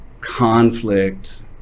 conflict